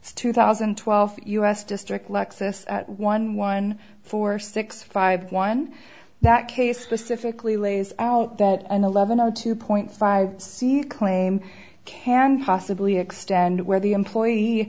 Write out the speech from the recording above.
it's two thousand and twelve u s district lexis one one four six five one that case specifically lays out that an eleven o two point five seat claim can possibly extend where the employee